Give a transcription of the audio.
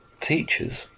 Teachers